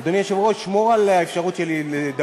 אדוני היושב-ראש, שמור על האפשרות שלי לדבר.